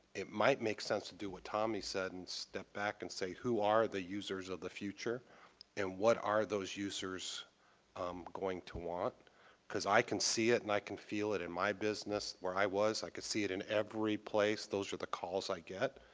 it make sense to do what tommy said and step back and say who are the users of the future and what are those users um going to want because i can see it and i can feel it in my business where i was. i can see it in every place. those are the calls i guess.